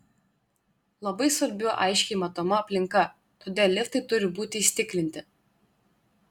labai svarbi aiškiai matoma aplinka todėl liftai turi būti įstiklinti